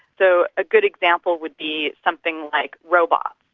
so a good example would be something like robots.